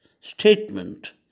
statement